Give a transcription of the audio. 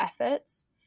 efforts